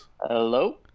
Hello